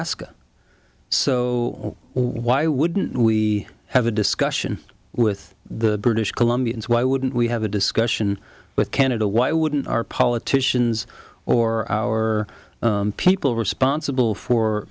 alaska so why wouldn't we have a discussion with the british columbia and why wouldn't we have a discussion with canada why wouldn't our politicians or our people responsible for